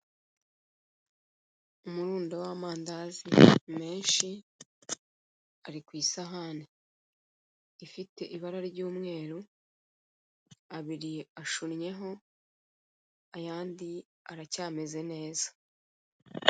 Umurundo w'amandazi menshi ari ku isahani ifite ibara ry'umweru abiri ashunnyeho ayandi aracyameze neza.